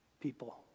people